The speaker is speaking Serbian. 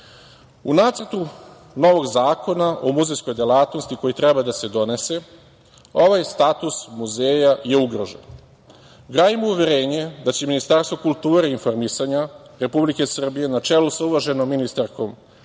U nacrtu novog zakona o muzejskoj delatnosti, koji treba da se donese, ovaj status muzeja je ugrožen. Gajimo uverenje da će Ministarstvo kulture i informisanja Republike Srbije, na čelu sa uvaženom ministarkom